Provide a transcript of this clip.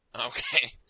okay